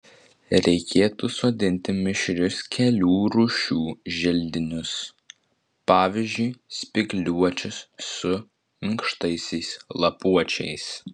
reikėtų sodinti mišrius kelių rūšių želdinius pavyzdžiui spygliuočius su minkštaisiais lapuočiais